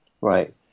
Right